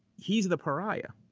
he's the pariah.